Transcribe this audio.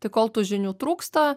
tai kol tų žinių trūksta